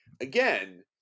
again